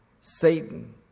Satan